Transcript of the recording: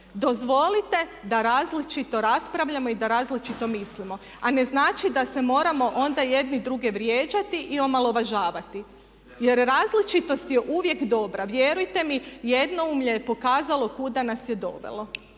Dozvolite da različito raspravljamo i da različito mislimo, a ne znači da se moramo onda jedni druge vrijeđati i omalovažavati. Jer različitost je uvijek dobra. Vjerujte mi jednoumlje je pokazalo kuda nas je dovelo.